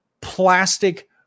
plastic